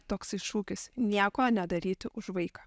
toksai šūkis nieko nedaryti už vaiką